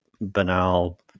banal